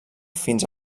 fins